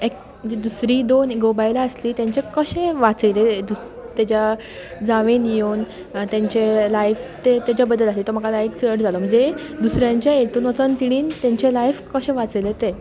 दुसरी दोन घोव बायलां आसली तांचें कशें वाचयलें ताज्या जावेन येवन तांचें लायफ तें ताज्या बद्दल आसलें म्हणजे तो म्हाका लायक चड जालो म्हणजे दुसऱ्यांच्या हातूंत वचून तांणीन तांचें लायफ कशें वाचयलें तें